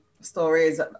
stories